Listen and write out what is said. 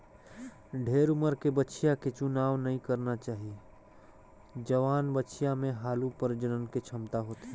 ढेरे उमर के बछिया के चुनाव नइ करना चाही, जवान बछिया में हालु प्रजनन के छमता होथे